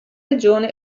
regione